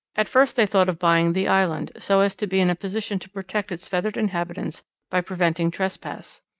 at first they thought of buying the island, so as to be in a position to protect its feathered inhabitants by preventing trespass.